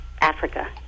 Africa